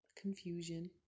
Confusion